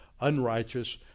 unrighteous